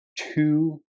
two